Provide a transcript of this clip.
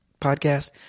podcast